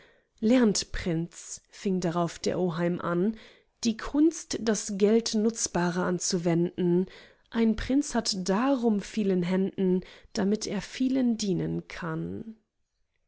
prinz fing drauf der oheim an die kunst das geld nutzbarer anzuwenden ein prinz hat darum viel in händen damit er vielen dienen kann